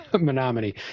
Menominee